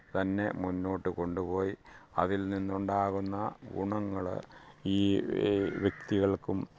തന്നെ മുന്നോട്ട് കൊണ്ടുപോയി അതില് നിന്നുണ്ടാകുന്ന ഗുണങ്ങൾ ഈ വെ വ്യക്തികള്ക്കും